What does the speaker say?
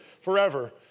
forever